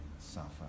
suffer